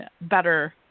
better